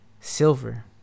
Silver